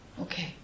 okay